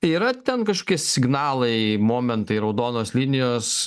yra ten kažkokie signalai momentai raudonos linijos